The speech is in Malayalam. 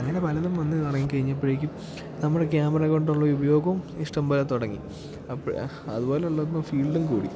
അങ്ങനെ പലതും വന്നു ഇറങ്ങിക്കഴിഞ്ഞപ്പോഴേക്കും നമ്മുടെ ക്യാമറ കൊണ്ടുള്ള ഉപയോഗവും ഇഷ്ടംപോലെ തുടങ്ങി അപ്പോൾ അതുപോലെ ഉള്ളപ്പം ഫീൽഡും കൂടി